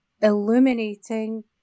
illuminating